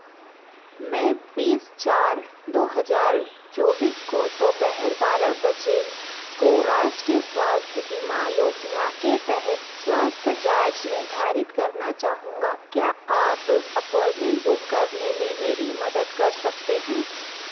मैं बीस चार दो हज़ार चौबीस को दोपहर बारह बजे को राष्ट्रीय स्वास्थ्य बीमा योजना के तहत स्वास्थ्य जाँच निर्धारित करना चाहूँगा क्या आप अपॉइंटमेंट बुक करने में मेरी मदद कर सकते हैं